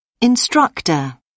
Instructor